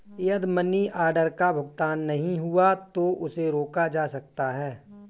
यदि money order का भुगतान नहीं हुआ है तो उसे रोका जा सकता है